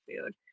food